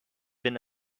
been